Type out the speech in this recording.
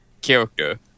character